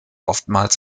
oftmals